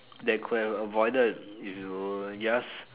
they could have avoided if you just